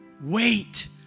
Wait